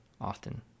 often